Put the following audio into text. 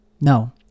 No